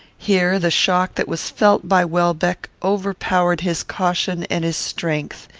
here the shock that was felt by welbeck overpowered his caution and his strength.